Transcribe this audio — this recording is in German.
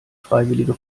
freiwillige